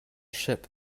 ship